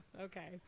Okay